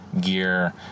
gear